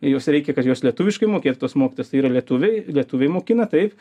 ir jos reikia kad jos lietuviškai mokėtų tos mokytojos tai yra lietuviai lietuviai mokina taip